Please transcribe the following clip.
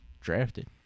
drafted